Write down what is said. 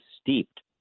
steeped